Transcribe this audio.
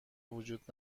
وجود